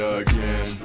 again